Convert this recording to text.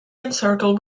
encircled